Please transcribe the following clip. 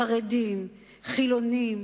חרדים, חילונים,